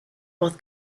both